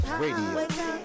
radio